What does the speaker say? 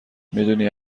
میدونی